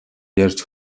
ярьж